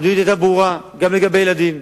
המדיניות היתה ברורה גם לגבי ילדים,